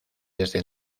desde